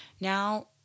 Now